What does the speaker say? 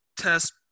test